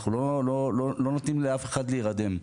אנחנו לא נותנים לאף אחד להירדם.